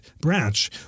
branch